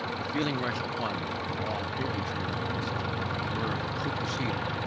the feeling rushed upon me, that all previous moralists were superseded,